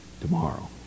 tomorrow